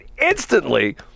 instantly